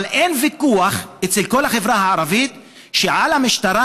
אבל אין ויכוח בכל החברה הערבית שעל המשטרה